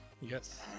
yes